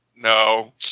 No